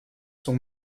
sont